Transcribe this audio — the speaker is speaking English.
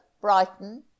Brighton